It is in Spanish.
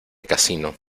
casino